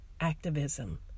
activism